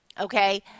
okay